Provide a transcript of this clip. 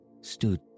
stood